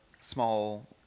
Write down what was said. small